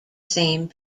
same